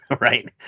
Right